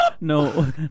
No